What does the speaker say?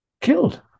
killed